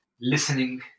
listening